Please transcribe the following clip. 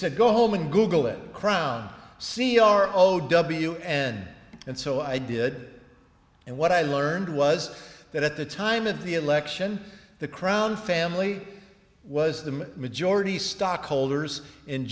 said go home and google it crown c r o w n and so i did and what i learned was that at the time of the election the crown family was the majority stockholders in